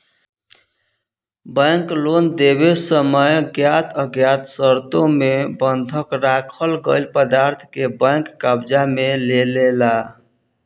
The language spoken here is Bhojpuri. बैंक लोन देवे समय ज्ञात अज्ञात शर्तों मे बंधक राखल गईल पदार्थों के बैंक कब्जा में लेलेला